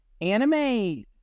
anime